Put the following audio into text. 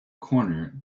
corner